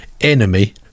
enemy